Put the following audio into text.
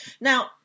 now